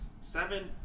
seven